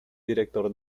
director